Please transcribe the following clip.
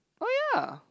oh ya